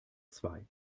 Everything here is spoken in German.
zwei